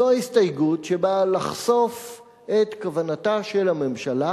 זו ההסתייגות שבאה לחשוף את כוונתה של הממשלה